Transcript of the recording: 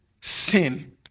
sin